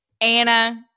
Anna